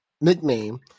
nickname